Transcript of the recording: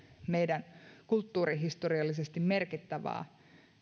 meidän kulttuurihistoriallisesti merkittävää